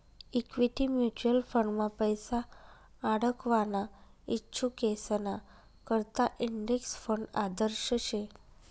equity mutual फंडमा पैसा आडकवाना इच्छुकेसना करता इंडेक्स फंड आदर्श शे